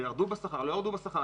האם ירדו או לא ירדו בשכר.